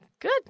Good